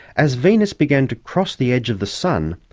as venus began to cross the edge of the sun,